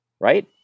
right